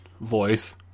voice